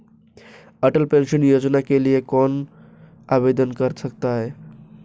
अटल pension Yojana के लिए कौन आवेदन कर सकता है?